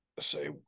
say